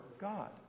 God